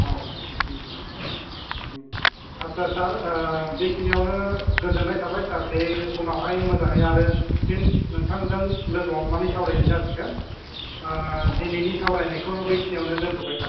औ आच्चा सार बेखिनियावनो गोजोननाय थाबाय सार बे उनावहाय मोजाङै आरो फिन नोंथांजों लोगो हमनानै सावरायनाय जासिगोन दिनैनि सावरायनायखौ बेखिनियावनो दोनथबाय सार